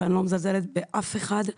ואני לא מזלזלת באף אחד,